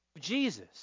Jesus